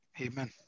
Amen